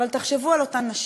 אבל תחשבו על אותן נשים.